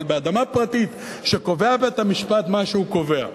אבל באדמה פרטית, שקובע בית-המשפט מה שהוא קובע,